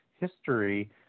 history